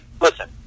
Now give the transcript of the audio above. listen